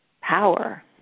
power